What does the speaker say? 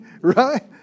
right